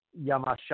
Yamashita